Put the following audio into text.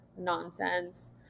nonsense